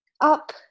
up